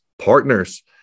Partners